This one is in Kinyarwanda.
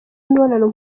imibonano